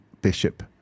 Bishop